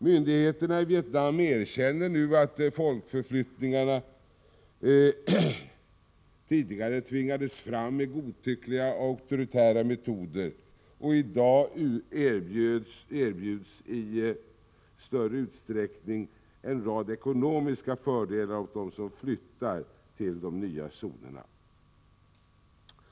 Myndigheterna i Vietnam erkänner nu att folkförflyttningarna tidigare tvingades fram med godtyckliga och auktoritära metoder, och i dag erbjuds i stället i större utsträckning en rad ekonomiska fördelar till dem som flyttar till de nya zonerna.